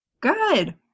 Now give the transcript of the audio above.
Good